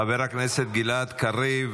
חבר הכנסת גלעד קריב,